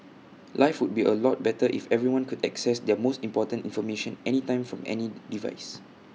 life would be A lot better if everyone could access their most important information anytime from any device